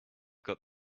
got